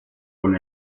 con